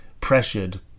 pressured